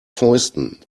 fäusten